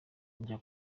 njya